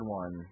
one